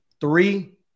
three